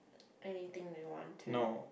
anything you want to